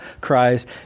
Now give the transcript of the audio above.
Christ